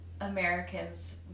Americans